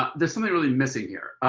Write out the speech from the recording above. there's something really missing here.